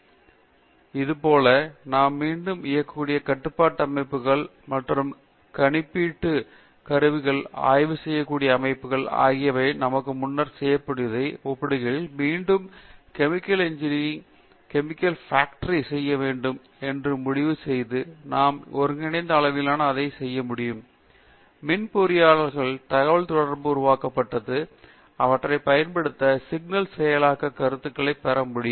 தேஷ்பாண்டே இதேபோல் நாம் மீண்டும் இயங்கக்கூடிய கட்டுப்பாட்டு அமைப்புகள் மற்றும் கணிப்பீட்டு கருவிகளுடன் ஆய்வு செய்யக்கூடிய அமைப்புகள் ஆகியவை நமக்கு முன்னர் செய்யக்கூடியதை ஒப்பிடுகையில் மீண்டும் ஒரு கெமிக்கல் பேக்டரி செய்ய வேண்டும் என்று முடிவு செய்யும் நாம் இன்னும் ஒருங்கிணைந்த அளவிலான அதை செய்ய முடியும் மின் பொறியாளர்கள் தகவல் தொடர்பு உருவாக்கப்பட்டது அவற்றை பயன்படுத்த சிக்னல் செயலாக்க கருத்துக்களை பெற முடியும்